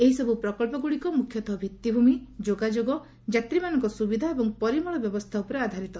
ଏହିସବୁ ପ୍ରକଳ୍ପଗୁଡ଼ିକ ମୁଖ୍ୟତଃ ଭିଭିଭୂମି ଯୋଗାଯୋଗ ଯାତ୍ରୀମାନଙ୍କ ସୁବିଧା ଏବଂ ପରିମଳ ବ୍ୟବସ୍ଥା ଉପରେ ଆଧାରିତ